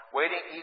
waiting